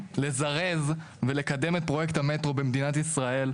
לזרז ולקדם את פרויקט המטרו במדינת ישראל,